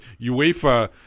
UEFA